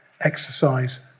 exercise